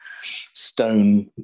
stone